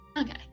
Okay